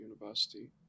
university